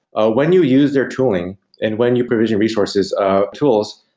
ah when you use their tooling and when you provision resources ah tools,